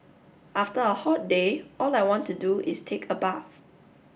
after a hot day all I want to do is take a bath